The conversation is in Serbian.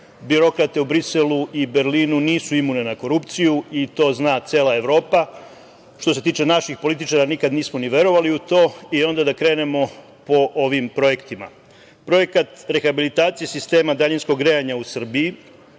birokrate u Briselu i Berlinu nisu imune na korupciju i to zna cela Evropa. Što se tiče naših političara, nikad nismo ni verovali u to. Onda da krenemo po ovim projektima. Projekat rehabilitacije sistema daljinskog grejanja u Srbiji